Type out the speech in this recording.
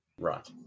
Right